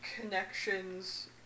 connections